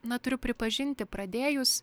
na turiu pripažinti pradėjus